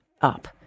up